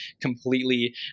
completely